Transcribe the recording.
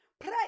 Pray